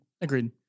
Agreed